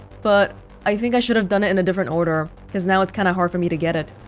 but i think i should've done it in a different order, cause now it's kinda hard for me to get it